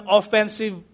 offensive